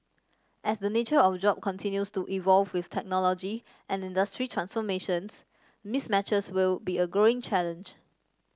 as the nature of job continues to evolve with technology and industry transformations mismatches will be a growing challenge